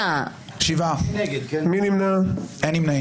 הצבעה לא אושרו.